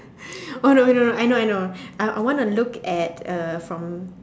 oh no oh no I know I know uh I want to look at uh from